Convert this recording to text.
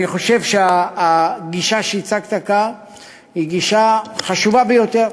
אני חושב שהגישה שהצגת כאן היא גישה חשובה ביותר.